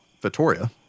Vittoria